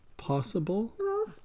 Possible